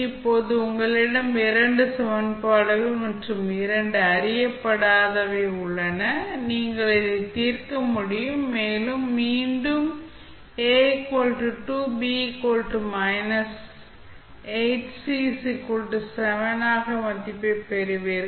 இப்போது உங்களிடம் இரண்டு சமன்பாடுகள் மற்றும் இரண்டு அறியப்படாதவை உள்ளன நீங்கள் இதை தீர்க்க முடியும் மேலும் மீண்டும் A 2 B −8 C 7 ஆக மதிப்பைப் பெறுவீர்கள்